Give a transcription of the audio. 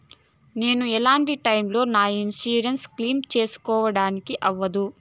నేను ఎట్లాంటి టైములో నా ఇన్సూరెన్సు ను క్లెయిమ్ సేసుకోవడానికి అవ్వదు?